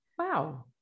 Wow